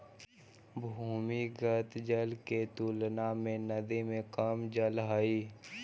भूमिगत जल के तुलना में नदी में कम जल हई